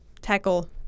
tackle